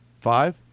Five